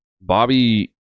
Bobby